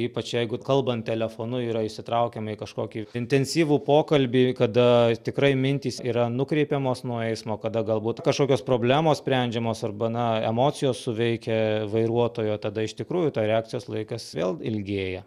ypač jeigu kalbant telefonu yra įsitraukiame į kažkokį intensyvų pokalbį kada tikrai mintys yra nukreipiamos nuo eismo kada galbūt kažkokios problemos sprendžiamos arba na emocijos suveikia vairuotojo tada iš tikrųjų tai reakcijos laikas vėl ilgėja